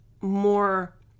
more